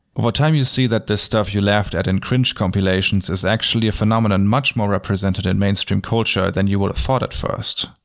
over time you see that this stuff you laughed at in cringe compilations is actually a phenomenon much more represented in mainstream culture than you would have thought at first.